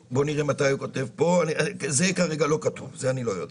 זה כרגע לא כתוב, זה אני לא יודע,